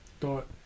thought